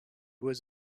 was